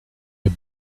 the